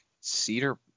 Cedar